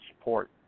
support